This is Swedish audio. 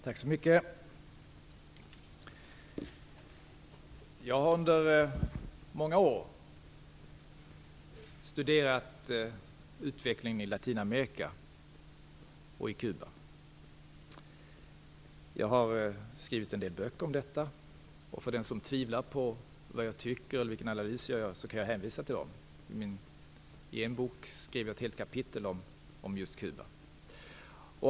Fru talman! Jag har under många år studerat utvecklingen i Latinamerika och på Kuba. Jag har skrivit en del böcker om detta, och för den som tvekar om vad jag tycker eller vilken analys jag gör kan jag hänvisa till dem. I en bok skriver jag ett helt kapitel om just Kuba.